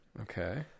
Okay